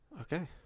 Okay